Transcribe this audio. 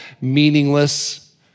meaningless